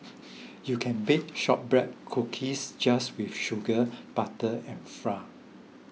you can bake Shortbread Cookies just with sugar butter and flour